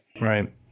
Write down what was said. Right